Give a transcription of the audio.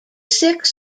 six